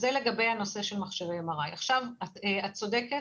זה לגבי הנושא של מכשירי MRI. את צודקת